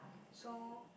so